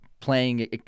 Playing